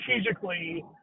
strategically